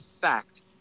fact